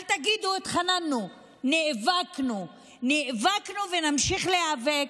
אל תגידו "התחננו" נאבקנו, נאבקנו, ונמשיך להיאבק.